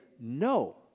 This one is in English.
no